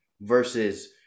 versus